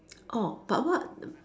orh but what